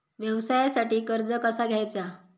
व्यवसायासाठी कर्ज कसा घ्यायचा?